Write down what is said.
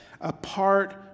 apart